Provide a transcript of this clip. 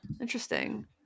Interesting